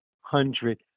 hundred